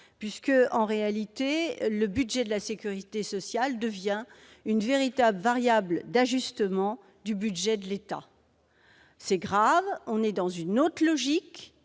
extrêmement grave. Le budget de la sécurité sociale devient une véritable variable d'ajustement du budget de l'État. C'est grave ; on entre dans une autre logique,